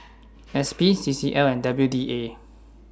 S P C C L and W D A